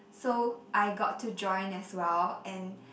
so I got to join as well and